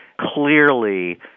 clearly